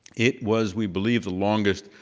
it was, we believe, the longest,